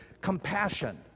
compassion